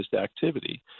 activity